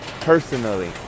personally